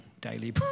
daily